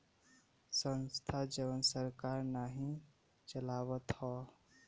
संस्था जवन सरकार नाही चलावत हौ